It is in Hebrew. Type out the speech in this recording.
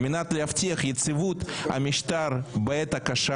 על מנת להבטיח יציבות המשטר בעת הקשה